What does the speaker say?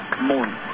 morning